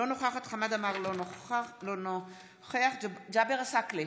אינה נוכחת חמד עמאר, אינו נוכח ג'אבר עסאקלה,